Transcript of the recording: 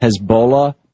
Hezbollah